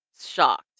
shocked